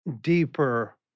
deeper